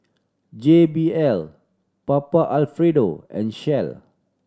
J B L Papa Alfredo and Shell